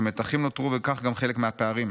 המתחים נותרו וכך גם חלק מהפערים,